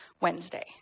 Wednesday